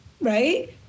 Right